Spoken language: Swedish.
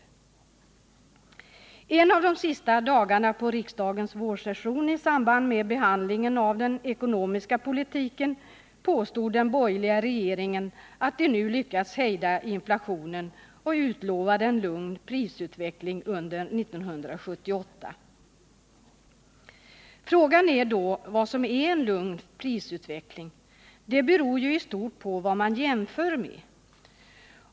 Under en av de sista dagarna på riksdagens vårsession, i samband med behandlingen av den ekonomiska politiken, påstod den borgerliga regeringen att den nu lyckats hejda inflationen och utlovade en lugn prisutveckling under 1978. Frågan är då vad som är en lugn prisutveckling. Det beror ju på vad man jämför med.